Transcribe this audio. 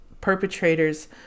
perpetrators